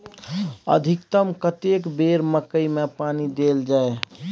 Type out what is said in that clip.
अधिकतम कतेक बेर मकई मे पानी देल जाय?